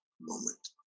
moment